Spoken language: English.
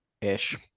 Ish